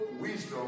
wisdom